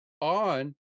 on